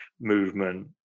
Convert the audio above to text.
movement